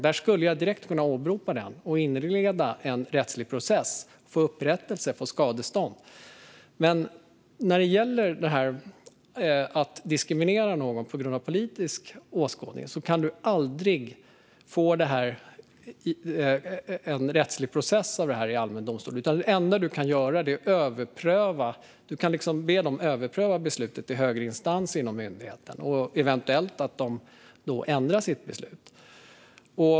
Då skulle jag direkt kunna åberopa den och inleda en rättslig process och få upprättelse och skadestånd. Men när det gäller diskriminering av någon på grund av politisk åskådning kan man aldrig få en rättslig process om det i allmän domstol. Det enda man kan göra är att be om överprövning av beslutet i högre instans inom myndigheten och om att myndigheten eventuellt ändrar sitt beslut.